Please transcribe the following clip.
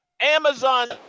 Amazon